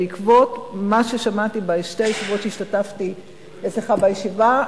בעקבות מה ששמעתי בשתי הישיבות שהשתתפתי אצלך בוועדה,